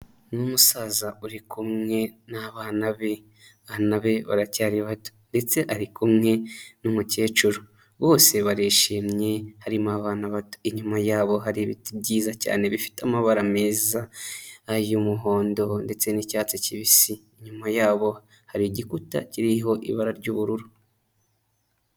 Ni umusaza uri kumwe n'abana be, abana be baracyari bato ndetse ari kumwe n'umukecuru, bose barishimye harimo abana bato, inyuma yabo hari ibiti byiza cyane bifite amabara meza y'umuhondo ndetse n'icyatsi kibisi, inyuma yabo hari igikuta kiriho ibara ry'ubururu.